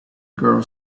girl